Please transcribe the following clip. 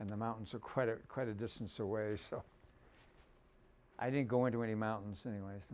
and the mountains are quite a quite a distance away so i didn't go into any mountains anyway